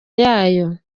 yayo